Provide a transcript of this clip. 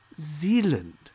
zealand